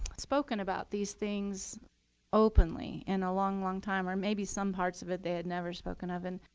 spoken about these things openly in a long, long time or maybe some parts of it they had never spoken of. and